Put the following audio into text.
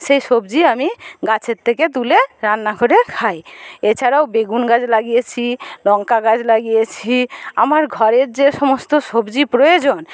সেই সবজি আমি গাছের থেকে তুলে রান্না করে খাই এছাড়াও বেগুন গাছ লাগিয়েছি লঙ্কা গাছ লাগিয়েছি আমার ঘরের যে সমস্ত সবজি প্রয়োজন